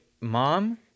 mom